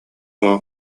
тоҕо